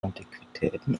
antiquitäten